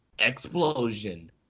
Explosion